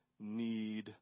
need